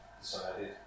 decided